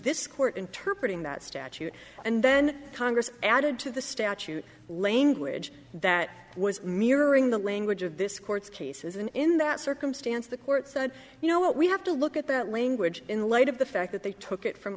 this court interpret in that statute and then congress added to the statute language that was mirroring the language of this court's cases and in that circumstance the court said you know what we have to look at that language in light of the fact that they took it from